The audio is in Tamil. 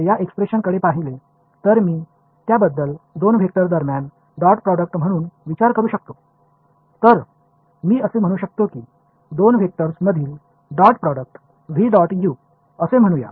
எனவே இந்த எக்ஸ்பிரஷனை இரண்டு வெக்டர் களுக்கு இடையேயான டாட் ப்ராடக்ட் அதாவது v டாட் u இன்று எடுத்துக்கொள்ளலாம்